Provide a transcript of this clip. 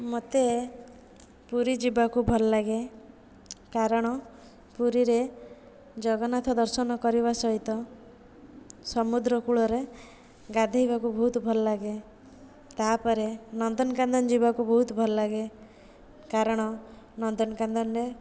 ମୋତେ ପୁରୀ ଯିବାକୁ ଭଲଲାଗେ କାରଣ ପୁରୀରେ ଜଗନ୍ନାଥ ଦର୍ଶନ କରିବା ସହିତ ସମୁଦ୍ର କୂଳରେ ଗାଧୋଇବାକୁ ବହୁତ ଭଲ ଲାଗେ ତାପରେ ନନ୍ଦନକାନନ ଯିବାକୁ ବହୁତ ଭଲ ଲାଗେ କାରଣ ନନ୍ଦନକାନନରେ